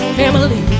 family